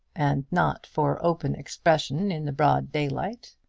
and not for open expression in the broad daylight.